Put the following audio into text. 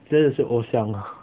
只是我想